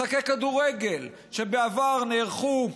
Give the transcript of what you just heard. משחקי כדורגל בעבר נערכו,